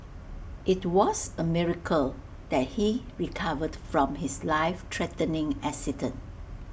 IT was A miracle that he recovered from his life threatening accident